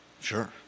Sure